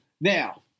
Now